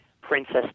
Princess